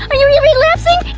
are you are you relapsing?